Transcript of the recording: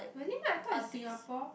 really meh I thought is Singapore